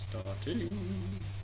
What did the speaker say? starting